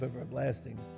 everlasting